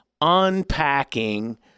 unpacking